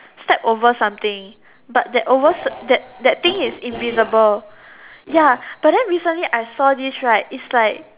step over something but that over that that thing is invisible ya but then recently I saw this right it's like